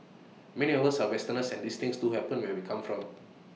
many of us are Westerners and these things do happen where we come from